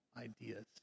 ideas